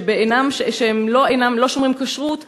שהם אינם לא שומרי כשרות,